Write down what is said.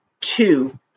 two